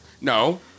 No